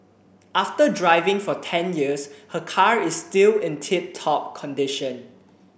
after driving for ten years her car is still in tip top condition